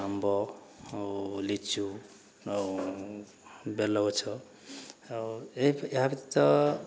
ଆମ୍ବ ଆଉ ଲିଚୁ ଆଉ ବେଲଗଛ ଆଉ ଏହା ବ୍ୟତୀତ